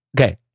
okay